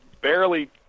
barely